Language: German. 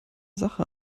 sache